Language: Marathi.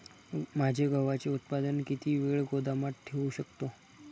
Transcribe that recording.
माझे गव्हाचे उत्पादन किती वेळ गोदामात ठेवू शकतो?